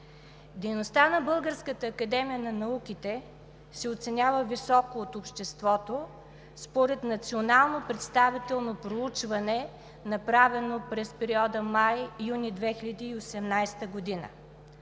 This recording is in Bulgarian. Дейността на Българската академия на науките се оценява високо от обществото според национално представително проучване, направено през периода май – юни 2018 г.